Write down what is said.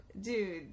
Dude